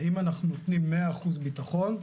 האם אנחנו נותנים 100% ביטחון?